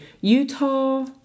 Utah